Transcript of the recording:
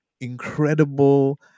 incredible